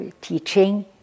teaching